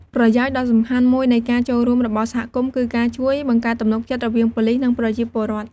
ប្រយោជន៍ដ៏សំខាន់មួយនៃការចូលរួមរបស់សហគមន៍គឺការជួយ បង្កើតទំនុកចិត្តរវាងប៉ូលិស និងប្រជាពលរដ្ឋ។